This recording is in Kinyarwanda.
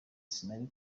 sinari